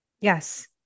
yes